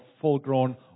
full-grown